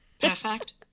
Perfect